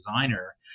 designer